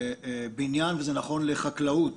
לבנייה, וזה נכון לחקלאות.